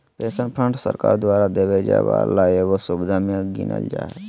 pension fund सरकार द्वारा देवल जाय वाला एगो सुविधा मे गीनल जा हय